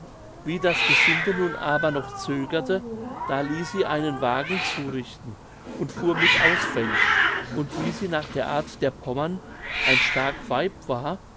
wie das gesinde nun aber noch zögerte da ließ sie einen wagen zurichten und fuhr mit aufs feld und wie sie nach der art der pommern ein stark weib war